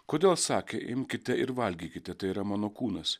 kodėl sakė imkite ir valgykite tai yra mano kūnas